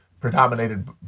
predominated